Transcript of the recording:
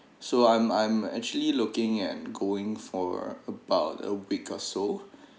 so I'm I'm actually looking and going for uh about a week or so